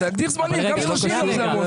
אז להגדיר זמנים, גם 30 יום זה המון זמן.